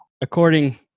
According